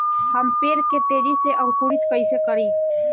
हम पेड़ के तेजी से अंकुरित कईसे करि?